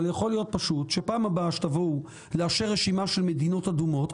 אבל יכול להיות פשוט שפעם הבאה שתבואו לאשר רשימה של מדינות אדומות,